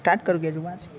start કરું કે હજુ વાર છે